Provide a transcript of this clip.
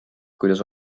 kuidas